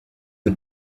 the